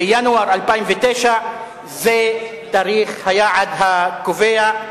וינואר 2009 זה תאריך היעד הקובע.